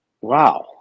wow